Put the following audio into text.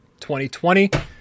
2020